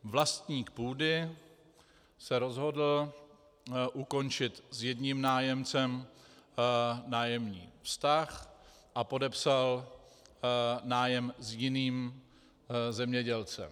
Vlastník půdy se rozhodl ukončit s jedním nájemcem nájemní vztah a podepsal nájem s jiným zemědělcem.